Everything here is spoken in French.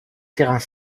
terrains